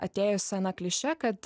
atėjusia na kliše kad